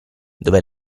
dove